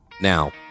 Now